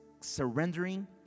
surrendering